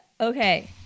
okay